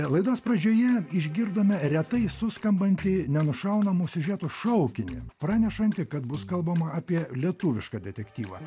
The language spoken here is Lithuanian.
laidos pradžioje išgirdome retai suskambantį nenušaunamų siužetų šaukinį pranešantį kad bus kalbama apie lietuvišką detektyvą